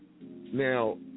Now